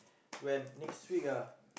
when next week ah